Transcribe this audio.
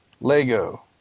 Lego